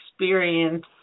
experience